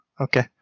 okay